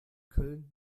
köln